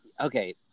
Okay